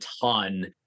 ton